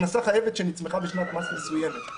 הכנסה חייבת שנצמחה בשנת מס מסוימת.